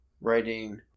writing